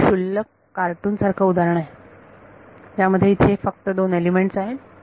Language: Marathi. हे एक क्षुल्लक कार्टून सारखं यांचे उदाहरण आहे ज्या मध्ये इथे फक्त दोन एलिमेंट्स आहेत